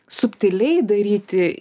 subtiliai daryti